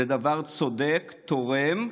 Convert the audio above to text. זה דבר צודק, תורם,